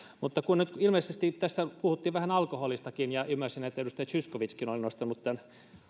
mutta kun nyt ilmeisesti tässä puhuttiin vähän alkoholistakin ja ymmärsin että edustaja zyskowiczkin oli nostanut tämän